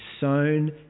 sown